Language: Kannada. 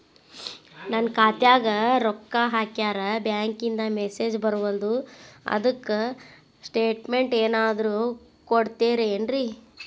ನನ್ ಖಾತ್ಯಾಗ ರೊಕ್ಕಾ ಹಾಕ್ಯಾರ ಬ್ಯಾಂಕಿಂದ ಮೆಸೇಜ್ ಬರವಲ್ದು ಅದ್ಕ ಸ್ಟೇಟ್ಮೆಂಟ್ ಏನಾದ್ರು ಕೊಡ್ತೇರೆನ್ರಿ?